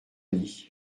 lit